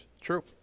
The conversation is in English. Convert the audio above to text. True